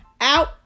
out